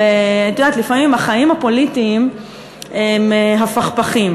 את יודעת, לפעמים החיים הפוליטיים הם הפכפכים,